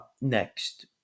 Next